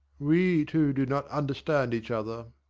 we two do not understand each other.